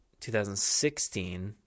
2016